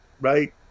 right